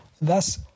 thus